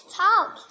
talk